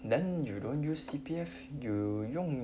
then you don't use C_P_F you 用